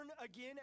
again